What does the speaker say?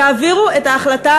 את המחזה.